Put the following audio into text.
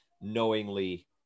knowingly